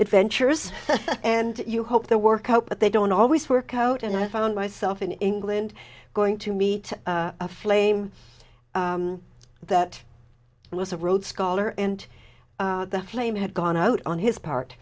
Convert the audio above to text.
it ventures and you hope to work out but they don't always work out and i found myself in england going to meet a flame that was a rhodes scholar and the flame had gone out on his part